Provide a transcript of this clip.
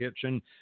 kitchen